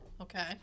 Okay